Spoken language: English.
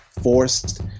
forced